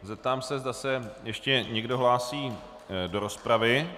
Zeptám se, zda se ještě někdo hlásí do rozpravy.